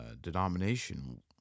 denomination